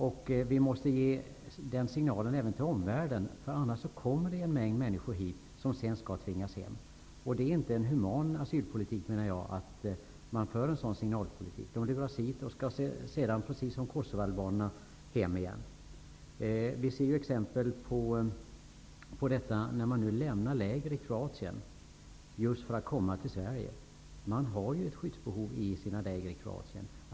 Den signalen måste vi ge även till omvärlden, för annars kommer det en mängd människor hit som sedan skall tvingas hem. Enligt min mening är det inte en human asylpolitik att föra en sådan signalpolitik som förs. Människor luras ju hit. Sedan skall de, precis som gällde för kosovoalbanerna, skickas hem. Det finns exempel på att man lämnar läger i Kroatien för att just komma till Sverige. Men man har ju skydd i lägren i Kroatien.